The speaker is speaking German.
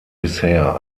bisher